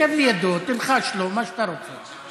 שב לידו, תלחש לו, מה שאתה רוצה.